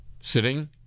sitting